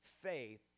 faith